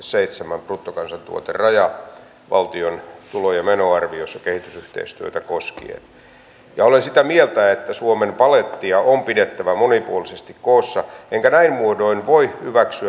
valtiovalta osaltaan edistää vientiä ja on tehnyt kuten edustaja juhantalo totesi käytännöllisen ratkaisun siinä että toimimme ennen kaikkea suomalais venäläisen kauppakamarin kautta jolla on parhaat yhteydet suomalaiseen pk yrityskenttään ja pitkä kokemus viennin edistämisestä venäjälle